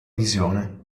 visione